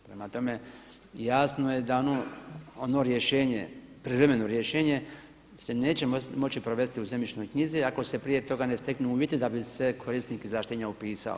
Prema tome, jasno je da ono rješenje, privremeno rješenje se neće moći provesti u zemljišnoj knjizi ako se prije toga ne steknu uvjeti da bi se korisnik izvlaštenja upisao.